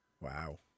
Wow